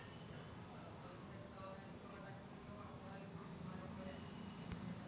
संत्र्याच्या झाडावर किडीले लगाम घालासाठी कोनचे साधनं वापरा लागन?